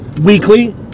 weekly